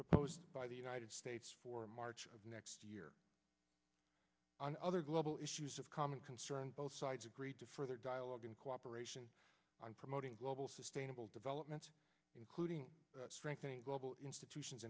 proposed by the united states for march of next year and other global issues of common concern both sides agreed to further dialogue and cooperation on promoting global sustainable development including global institutions